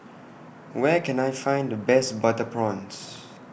Where Can I Find The Best Butter Prawns